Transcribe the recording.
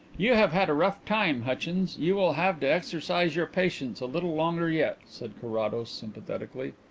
you have had a rough time, hutchins you will have to exercise your patience a little longer yet, said carrados sympathetically.